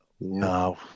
No